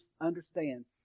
understand